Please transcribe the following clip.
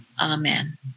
Amen